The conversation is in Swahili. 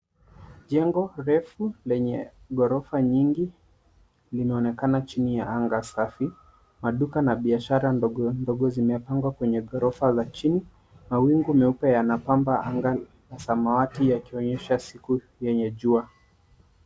Jengo refu lenye ghorofa nyingi linaonekana chini ya anga safi. Maduka na biashara ndogo ndogo zimepangwa kwenye ghorofa za chini. Mawingu meupe yanapamba anga samawati yakionyesha siku yenye jua.